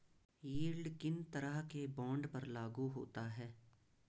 Yield किन तरह के बॉन्ड पर लागू होता है?